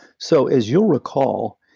so, as you'll recall,